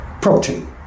protein